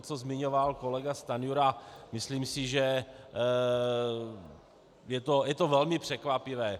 Co zmiňoval kolega Stanjura, myslím si, že je to velmi překvapivé.